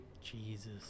Jesus